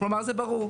זה ברור.